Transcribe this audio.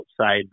outside